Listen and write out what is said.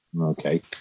Okay